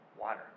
water